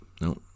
No